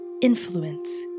influence